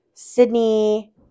Sydney